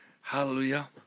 hallelujah